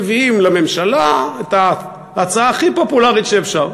מביאים לממשלה את ההצעה הכי פופולרית שאפשר,